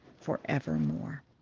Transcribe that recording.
forevermore